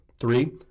Three